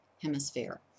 hemisphere